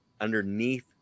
underneath